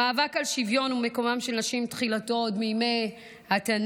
המאבק על שוויון ועל מקומן של נשים תחילתו עוד בימי התנ"ך.